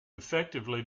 effectively